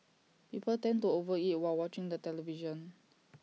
people tend to over eat while watching the television